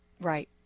Right